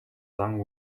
зан